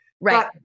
Right